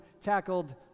tackled